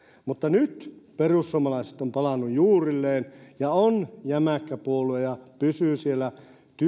mutta nyt perussuomalaiset on palannut juurilleen ja on jämäkkä puolue ja pysyy siellä